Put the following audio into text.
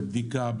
בבדיקה,